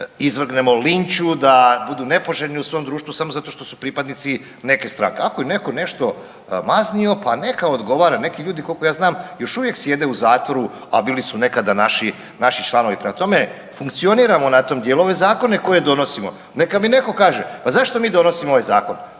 izvrgnemo linču, da budu nepoželjni u svom društvu, samo zato što su pripadnici neke stranke. Ako ne netko nešto maznio, pa neka odgovara, neki ljudi, koliko ja znam, još uvijek sjede u zatvoru, a bili su nekada naši članovi, prema tome, funkcioniramo na tom dijelu, ove zakone koje donosimo, neka mi netko kaže, pa zašto mi donosimo ovaj Zakon?